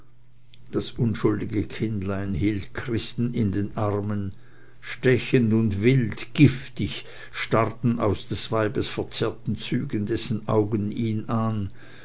das unschuldige kindlein hielt christen in den armen stechend und wild giftig starrten aus des weibes verzerrten zügen dessen augen ihn an